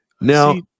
Now